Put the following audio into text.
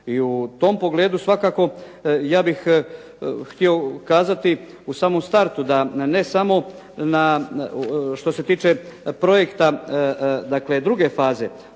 I u tom pogledu svakako ja bih htio ukazati u samom startu da ne samo što se tiče projekta, dakle,